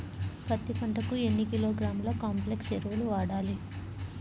పత్తి పంటకు ఎన్ని కిలోగ్రాముల కాంప్లెక్స్ ఎరువులు వాడాలి?